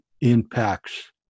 impacts